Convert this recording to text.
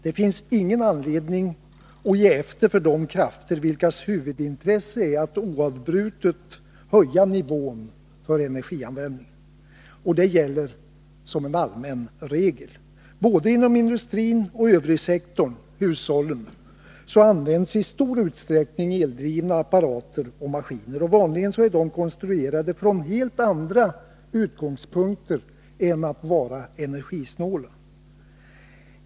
Det finns ingen anledning att ge efter för de krafter vilkas huvudintresse är att oavbrutet höja nivån för energianvändningen. Det gäller som en allmän regel. Både inom industrin och i övrigsektorn, hushållen, används i stor utsträckning eldrivna apparater och maskiner. Vanligen är de konstruerade från helt andra utgångspunkter än att vara energisnåla.